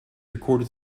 recorded